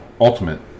Ultimate